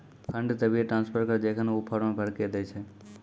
fund तभिये transfer करऽ जेखन ऊ फॉर्म भरऽ के दै छै